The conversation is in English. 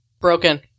broken